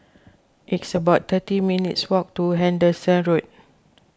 it's about thirty minutes' walk to Henderson Road